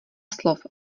slov